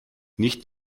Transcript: nicht